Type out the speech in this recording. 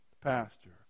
pastor